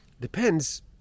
depends